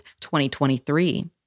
2023